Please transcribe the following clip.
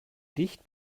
dicht